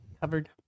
covered